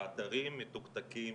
האתרים מתוקתקים,